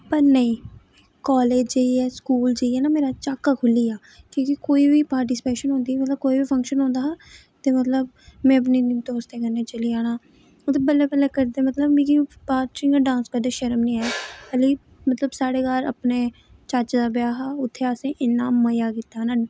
पर नेईं कालेज जाइयै स्कूल जाइयै न मेरा झाका खुल्ली गेआ फिर कोई बी पार्टिसिपेशन होंदी ही मतलब कोई बी फंक्शन होंदा हा ते मतलब मैं अपने दोस्तें कन्नै चली जाना मतलब बल्लें बल्लें करदे मतलब मिगी बाद च इयां डांस करदे शर्म नी आई अल्ली मतलब साढ़े घार अपने चाचे दा ब्याह् हा उत्थै असें इन्ना मजा कीता न